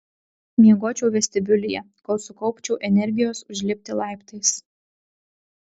miegočiau vestibiulyje kol sukaupčiau energijos užlipti laiptais